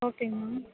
ஓகேங்க மேம்